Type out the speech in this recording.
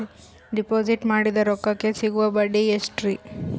Deposit ಮಾಡಿದ ರೊಕ್ಕಕೆ ಸಿಗುವ ಬಡ್ಡಿ ಎಷ್ಟ್ರೀ?